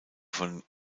von